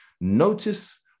Notice